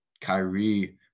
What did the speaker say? Kyrie